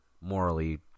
morally